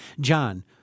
John